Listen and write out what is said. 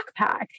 backpack